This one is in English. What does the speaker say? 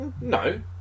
No